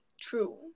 true